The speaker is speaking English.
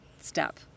step